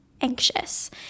anxious